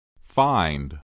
Find